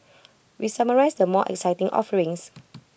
we summarise the more exciting offerings